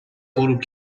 غروب